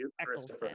Eccleston